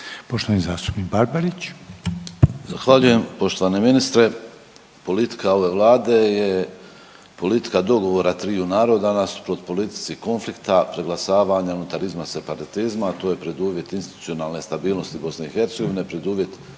**Barbarić, Nevenko (HDZ)** Zahvaljujem. Poštovani ministre, politika ove vlade je politika dogovora triju naroda nasuprot politici konflikta, preglasavanja, unitarizma, separatizma to je preduvjet institucionalne stabilnosti BiH, preduvjet